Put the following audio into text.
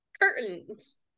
curtains